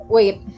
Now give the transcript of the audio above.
Wait